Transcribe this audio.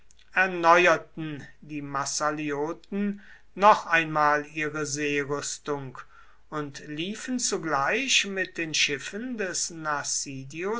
erneuerten die massalioten noch einmal ihre seerüstung und liefen zugleich mit den schiffendes